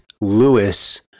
lewis